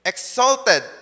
Exalted